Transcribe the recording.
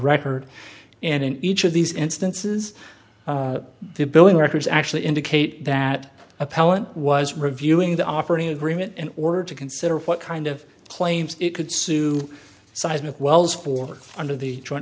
record and in each of these instances the billing records actually indicate that appellant was reviewing the operating agreement and order to consider what kind of claims it could sue seismic wells for under the joint